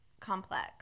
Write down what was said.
complex